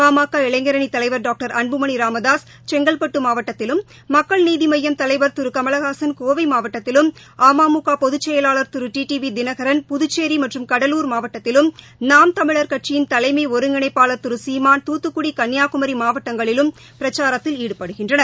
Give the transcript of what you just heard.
பாமக இளைஞரனி தலைவர் டாக்டர் அன்புமனி ராமதாஸ் செங்கல்டட்டு மாவட்டத்திலும் மக்கள் நீதி மய்யம் தலைவர் திரு கமலஹாசன் கோவை மாவட்டத்திலும் அம்முக பொதுச்செயலாளர் திரு D T V Dinakaran Puducherry மற்றும் கடலூர் மாவட்டத்திலும் நாம் தமிழர் கட்சியின் தலைமை ஒருங்கிணைப்பாளர் திரு சீமான் துத்துக்குடி கன்னியாகுமரி மாவட்டங்களிலும் பிரச்சாரத்தில் ஈடுபடுகின்றனர்